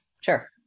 sure